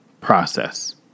process